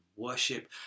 worship